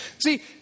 See